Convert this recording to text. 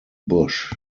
bush